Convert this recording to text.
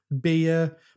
beer